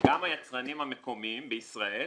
גם היצרנים המקומיים בישראל